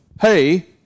hey